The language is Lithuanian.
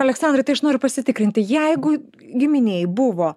aleksandrai tai aš noriu pasitikrinti jeigu giminėj buvo